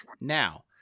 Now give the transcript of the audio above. Now